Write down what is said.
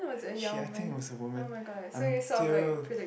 okay I think it was a woman until